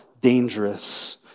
dangerous